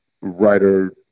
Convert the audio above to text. writer